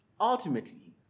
Ultimately